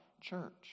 church